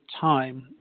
time